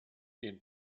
den